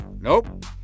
Nope